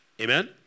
amen